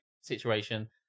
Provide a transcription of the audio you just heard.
situation